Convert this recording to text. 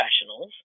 professionals